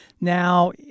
Now